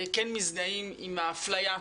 כן מזדהים עם האפליה,